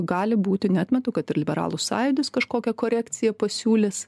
gali būti neatmetu kad ir liberalų sąjūdis kažkokią korekciją pasiūlys